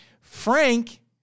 Frank